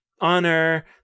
honor